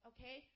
Okay